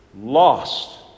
lost